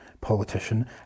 politician